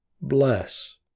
Bless